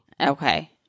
Okay